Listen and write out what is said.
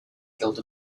guild